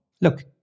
Look